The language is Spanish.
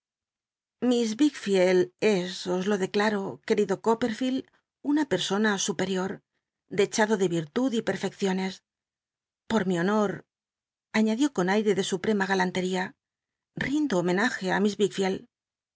os lo declaro querido copperfield una persona suj erior dechado de irlud y pel'fecciones por mi honor añadió con aire de slll rema galanlel'ia l'indo llamen e miss